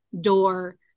door